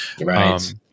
Right